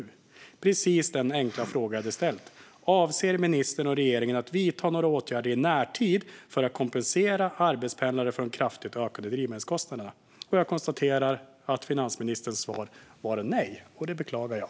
Det var precis denna enkla fråga jag ställde: Avser ministern och regeringen att vidta några åtgärder i närtid för att kompensera arbetspendlare för de kraftigt ökade drivmedelskostnaderna? Jag konstaterar att finansministerns svar var nej, och det beklagar jag.